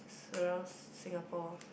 surrounds Singapore